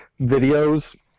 videos